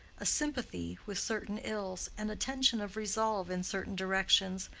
a sympathy with certain ills, and a tension of resolve in certain directions,